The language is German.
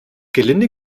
gelinde